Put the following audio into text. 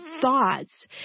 thoughts